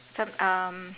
some um